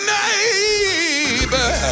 neighbor